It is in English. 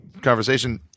conversation